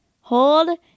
Hold